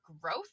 growth